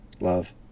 love